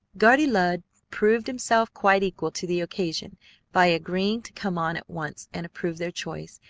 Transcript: guardy lud proved himself quite equal to the occasion by agreeing to come on at once and approve their choice,